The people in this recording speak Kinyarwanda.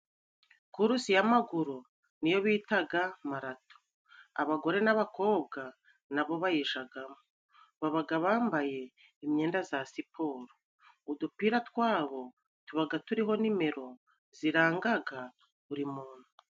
Kurusi y'amaguru niyo bitaga marato, abagore n'abakobwa na bo bayijagamo, babaga bambaye imyenda za siporo, udupira twabo tubaga turiho nimero zirangaga buri muntu.